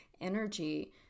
energy